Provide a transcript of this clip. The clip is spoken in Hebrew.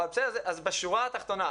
אז בשורה התחתונה,